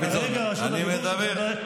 דוידסון, אני מדבר.